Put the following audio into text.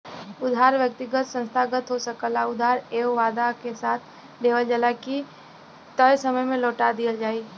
उधार व्यक्तिगत संस्थागत हो सकला उधार एह वादा के साथ लेवल जाला की तय समय में लौटा दिहल जाइ